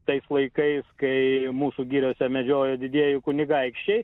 tais laikais kai mūsų giriose medžiojo didieji kunigaikščiai